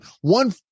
one